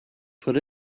put